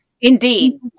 Indeed